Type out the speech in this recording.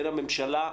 בין הממשלה,